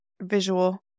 visual